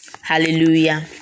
Hallelujah